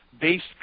based